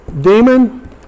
demon